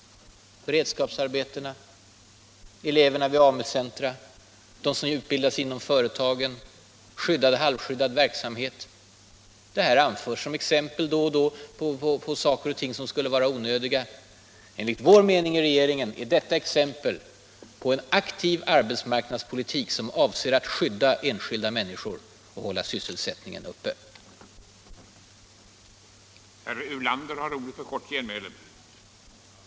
Är det beredskapsarbetena, eleverna vid AMU-centrerna, företagsutbildningen eller den skyddade och halvskyddade verksamheten? Detta anförs ju då och då som exempel på saker som skulle vara onödiga. Enligt regeringens mening är de exempel på en aktiv arbetsmarknadspolitik som avser att skydda enskilda människor och hålla sysselsättningen uppe.